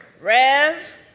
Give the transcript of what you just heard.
Rev